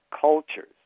cultures